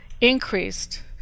increased